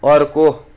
अर्को